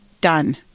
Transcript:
done